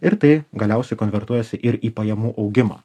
ir tai galiausiai konvertuojasi ir į pajamų augimą